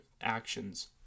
actions